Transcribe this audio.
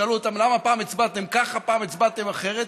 שאלו אותם: למה פעם הצבעתם ככה ופעם הצבעתם אחרת?